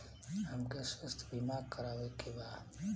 हमके स्वास्थ्य बीमा करावे के बा?